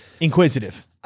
inquisitive